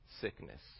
sickness